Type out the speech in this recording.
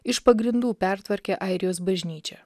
iš pagrindų pertvarkė airijos bažnyčią